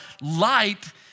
light